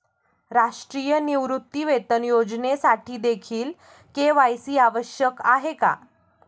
राष्ट्रीय निवृत्तीवेतन योजनेसाठीदेखील के.वाय.सी आवश्यक आहे